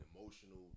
emotional